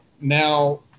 Now